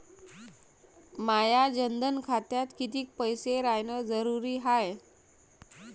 माया जनधन खात्यात कितीक पैसे रायन जरुरी हाय?